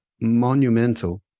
monumental